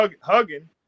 hugging